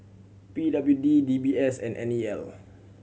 P W D D B S and N E L